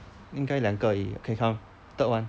应该两个而已 okay come third one